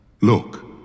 Look